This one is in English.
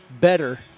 better